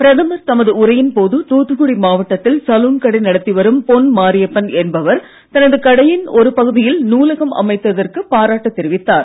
பிரதமர் தமது உரையின் போது தூத்துக்குடி மாவட்டத்தில் சலூன் கடை நடத்திவரும் பொன் மாரியப்பன் என்பவர் தனது கடையின் ஒரு பகுதியில் நூலகம் அமைத்ததற்கு பாராட்டு தெரிவித்தார்